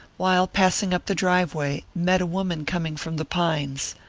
while passing up the driveway met a woman coming from the pines.